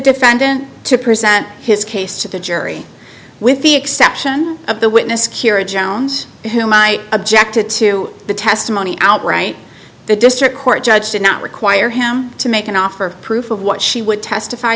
defendant to present his case to the jury with the exception of the witness cura jones who might objected to the testimony outright the district court judge did not require him to make an offer proof of what she would testify